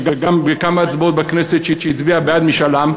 וגם בכמה הצבעות בכנסת היא הצביעה בעד משאל עם,